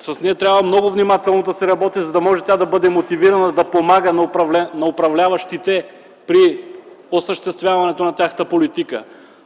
с която трябва много внимателно да се работи, за да бъде мотивирана да помага на управляващите при осъществяване на тяхната политика.